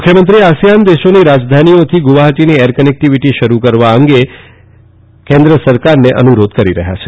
મુખ્યમંત્રી આસીયાન દેશોની રાજધાનીઓથી ગુવાહાટીની એર કનેકટીવીટી શરૂ કરવા અંગે કેન્દ્ર સરકારને અનુરોધ કર્યો છે